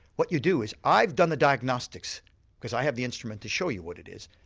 what you do is i've done the diagnostics cause i have the instrument to show you what it is,